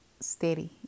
steady